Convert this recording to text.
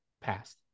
passed